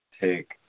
take